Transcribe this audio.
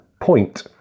point